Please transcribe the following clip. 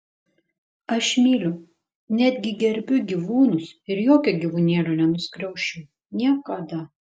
aš myliu netgi gerbiu gyvūnus ir jokio gyvūnėlio nenuskriausčiau niekada